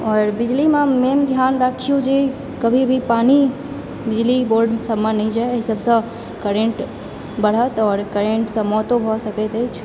आओर बिजलीमे मेन ध्यान राखिऔ जे कभी भी पानी बिजली बोर्डसभमे नहि जाय एहिसभसँ करेन्ट बढ़त आओर करेन्टसँ मौतो भऽ सकैत अछि